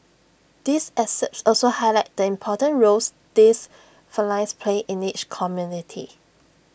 these excerpts also highlight the important roles these felines play in each community